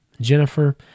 Jennifer